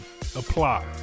apply